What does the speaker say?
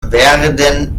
werden